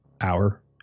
hour